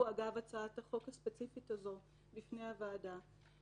אגב הצעת החוק הספציפית הזאת בפני הוועדה,